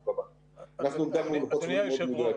כן, יאיר.